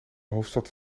hoofdstad